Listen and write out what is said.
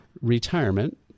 retirement